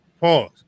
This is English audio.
Pause